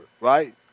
right